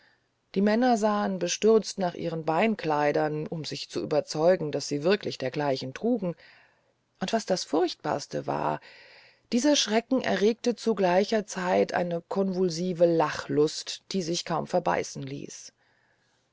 die männer sahen bestürzt nach ihren beinkleidern um sich zu überzeugen daß sie wirklich dergleichen trugen und was das furchtbarste war dieser schreck erregte zu gleicher zeit eine konvulsive lachlust die sich kaum verbeißen ließ